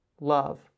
love